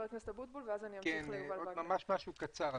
משהו קצר.